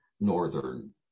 northern